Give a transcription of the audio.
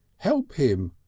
help him!